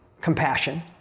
Compassion